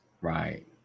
Right